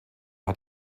hat